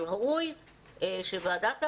אבל ראוי שוועדת החינוך,